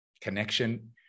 connection